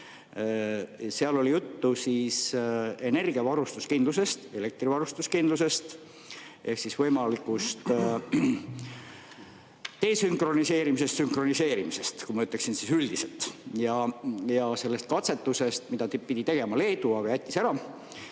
Seal oli juttu energiavarustuskindlusest, elektrivarustuskindlusest ehk võimalikust desünkroniseerimisest, sünkroniseerimisest, kui ma ütleksin üldiselt, ja sellest katsetusest, mida pidi tegema Leedu, aga jättis ära. Aga